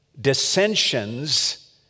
dissensions